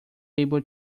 able